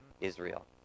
Israel